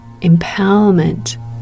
empowerment